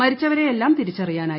മരിച്ചവരെ യെല്ലാം തിരിച്ചറിയാനായി